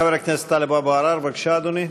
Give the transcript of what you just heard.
חבר הכנסת טלב אבו עראר, בבקשה, אדוני.